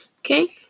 Okay